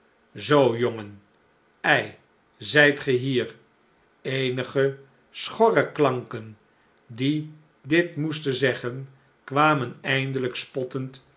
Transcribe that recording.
zoo jongen ei zijt ge hier eenige schorre klanken die dit moesten zeggen kwamen eindelijk spottend